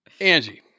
Angie